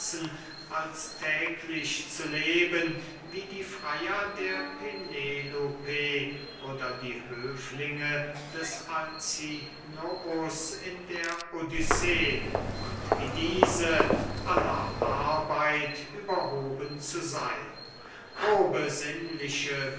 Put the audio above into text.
als täglich zu leben wie die freyer der penelope oder die höflinge des alcinous in der odyssee und wie diese aller arbeit überhoben zu seyn grobe sinnliche